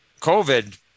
COVID